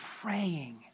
praying